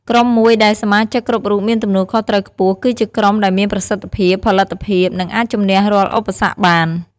ក្រុមមួយដែលសមាជិកគ្រប់រូបមានទំនួលខុសត្រូវខ្ពស់ គឺជាក្រុមដែលមានប្រសិទ្ធភាព ផលិតភាព និងអាចជំនះរាល់ឧបសគ្គបាន។